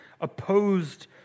opposed